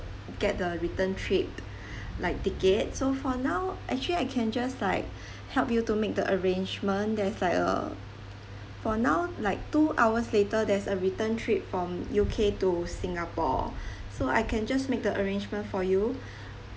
get the return trip like ticket so for now actually I can just like help you to make the arrangement that's like uh for now like two hours later there's a return trip from U_K to singapore so I can just make the arrangement for you